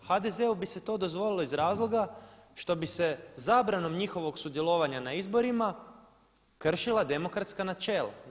HDZ-u bi se to dozvolilo iz razloga što bi se zabranom njihovog sudjelovanja na izborima kršila demokratska načela.